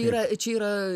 yra čia yra